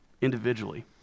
individually